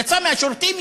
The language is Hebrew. יצא מהשירותים,